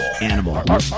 Animal